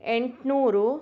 ಎಂಟುನೂರು